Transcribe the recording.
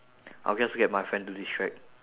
I'll just get my friend to distract